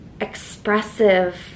expressive